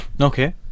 Okay